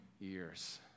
years